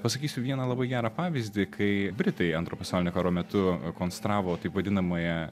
pasakysiu vieną labai gerą pavyzdį kai britai antro pasaulinio karo metu konstravo taip vadinamąją